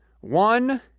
One